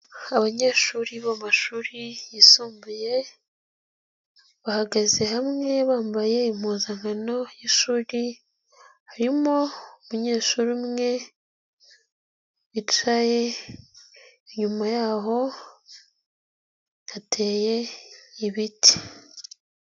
Abanyeshuri bo mumashuri yisumbuye, bahagaze hamwe bambaye impuzankano y'ishuri, harimo umunyeshuri umwe, wicaye inyuma yaho hateye ibiti.